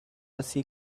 aussi